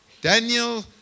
daniel